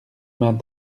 mas